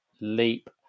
leap